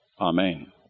Amen